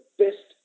best